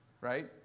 right